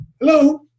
hello